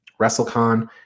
wrestlecon